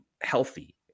healthy